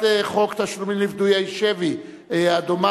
להעביר את הצעת חוק תשלומים לפדויי שבי (תיקון,